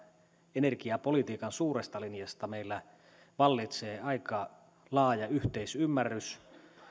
energiapolitiikan suuresta linjasta meillä vallitsee aika laaja yhteisymmärrys